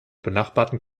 benachbarten